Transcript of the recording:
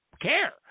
care